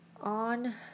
On